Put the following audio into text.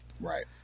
Right